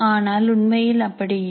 ஆனால் உண்மையில் அப்படி இல்லை